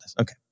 okay